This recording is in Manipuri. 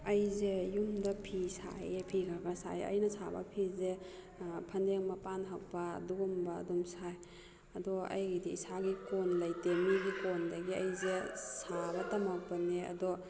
ꯑꯩꯁꯦ ꯌꯨꯝꯗ ꯐꯤ ꯁꯥꯏꯌꯦ ꯐꯤ ꯈꯔ ꯈꯔ ꯁꯥꯏ ꯑꯩꯅ ꯁꯥꯕ ꯐꯤꯁꯦ ꯐꯅꯦꯛ ꯃꯄꯥꯟ ꯍꯛꯄ ꯑꯗꯨꯒꯨꯝꯕ ꯑꯗꯨꯝ ꯁꯥꯏ ꯑꯗꯣ ꯑꯩꯒꯤꯗꯤ ꯏꯁꯥꯒꯤ ꯀꯣꯟ ꯂꯩꯇꯦ ꯃꯤꯒꯤ ꯀꯣꯟꯗꯒꯤ ꯑꯩꯁꯦ ꯁꯥꯕ ꯇꯝꯃꯛꯄꯅꯦ ꯑꯗꯣ